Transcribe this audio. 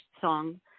song